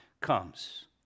comes